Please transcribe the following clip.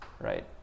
right